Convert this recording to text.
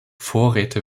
vorräte